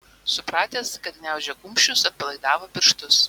supratęs kad gniaužia kumščius atpalaidavo pirštus